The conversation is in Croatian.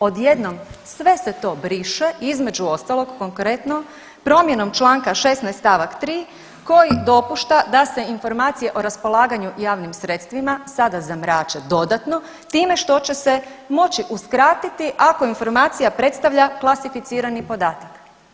Odjednom sve se to briše između ostalog konkretno promjenom članka 16. stavak 3. koji dopušta da se informacije o raspolaganju javnim sredstvima sada zamrače dodatno time što će se moći uskratiti ako informacija predstavlja klasificirani podatak.